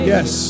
Yes